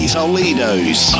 Toledo's